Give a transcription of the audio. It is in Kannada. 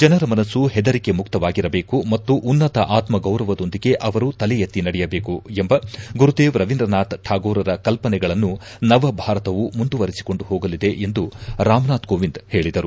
ಜನರ ಮನಸ್ಲು ಹೆದರಿಕೆ ಮುಕ್ತವಾಗಿರಬೇಕು ಮತ್ತು ಉನ್ನತ ಆತ್ಮಗೌರವದೊಂದಿದೆ ಅವರು ತಲೆ ಎತ್ತಿ ನಡೆಯಬೇಕು ಎಂಬ ಗುರುದೇವ್ ರವೀಂದ್ರನಾಥ ಠಾಗೋರರ ಕಲ್ಪನೆಗಳನ್ನು ನವ ಭಾರತವು ಮುಂದುವರಿಸಿಕೊಂಡು ಹೋಗಲಿದೆ ಎಂದು ರಾಮನಾಥ ಕೋವಿಂದ್ ಹೇಳಿದರು